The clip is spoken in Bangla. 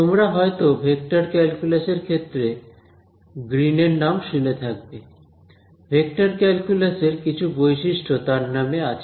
তোমরা হয়তো ভেক্টর ক্যালকুলাসের ক্ষেত্রে গ্রীন এর নাম শুনে থাকবে ভেক্টর ক্যালকুলাস এর কিছু বৈশিষ্ট্য তার নামে আছে